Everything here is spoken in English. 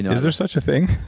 is there such a thing?